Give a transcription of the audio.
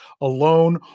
alone